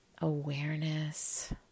awareness